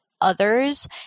others